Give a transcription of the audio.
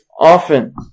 often